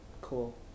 Cool